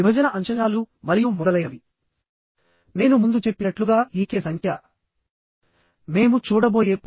అలానే channel sections face to face గా connect చేసుకోవచ్చు